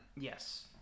Yes